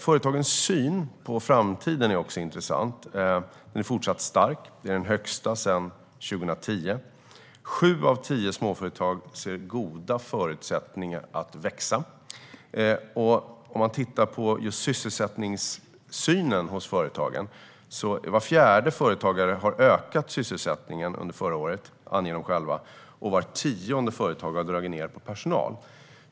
Företagens syn på framtiden är också intressant. Den fortsätter att vara stark. Siffran är den högsta sedan 2010: Sju av tio småföretag ser goda förutsättningar att växa. I fråga om sysselsättningssynen hos företagen anger var fjärde företagare att de ökade sysselsättningen under förra året, och var tionde företagare har dragit ned på personal.